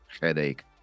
headache